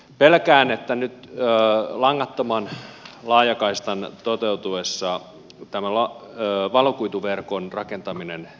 pelkään että nyt langattoman laajakaistan toteutuessa valokuituverkon rakentaminen pysähtyy